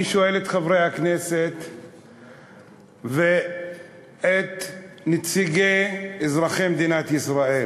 אני שואל את חברי הכנסת ואת נציגי אזרחי מדינת ישראל